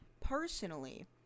Personally